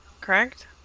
correct